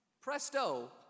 presto